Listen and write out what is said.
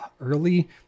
early